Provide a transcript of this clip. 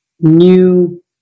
new